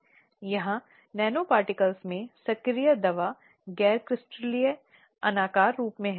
slide समय देखें 1634 अब आंतरिक शिकायत समिति को क्या करना है